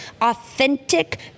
authentic